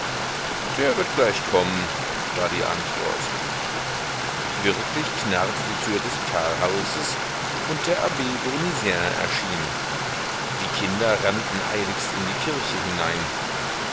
der wird gleich kommen war die antwort wirklich knarrte die tür des pfarrhauses und der abb bournisien erschien die kinder rannten eiligst in die kirche hinein